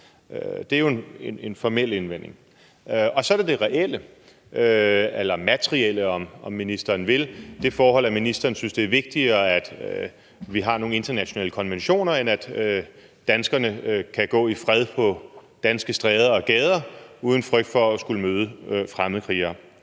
Det er jo en formel indvending. Og så er der det reelle eller materielle, om ministeren vil, altså det forhold, at ministeren synes, det er vigtigere, at vi har nogle internationale konventioner, end at danskerne kan gå i fred på danske stræder og gader uden frygt for at skulle møde fremmedkrigere.